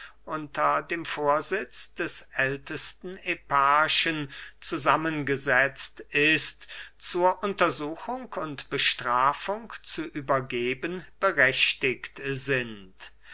unter dem vorsitz des ältesten eparchen zusammen gesetzt ist zur untersuchung und bestrafung zu übergeben berechtigt sind